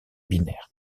binaire